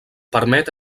permet